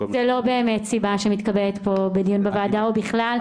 זה לא באמת סיבה שמתקבלת פה בדיון, או בכלל.